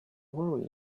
worry